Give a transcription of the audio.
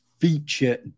Feature